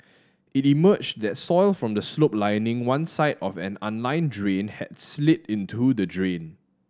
it emerged that soil from the slope lining one side of an unlined drain had slid into the drain